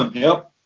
um yep.